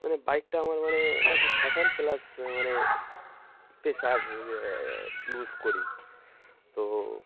মানে বাইকটা আমার মানে একটা ফ্যাশান প্লাস মানে পেশার ইউজ করি তো